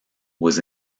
was